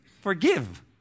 Forgive